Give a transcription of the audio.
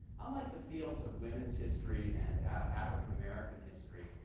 unlike the fields of women's history and african american history,